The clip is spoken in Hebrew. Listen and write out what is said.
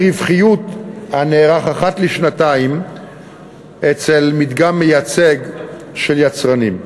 רווחיות הנערך אחת לשנתיים אצל מדגם מייצג של יצרנים.